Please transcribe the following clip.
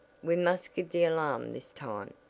we must give the alarm this time.